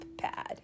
pad